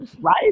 Right